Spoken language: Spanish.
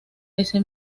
ese